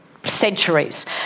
centuries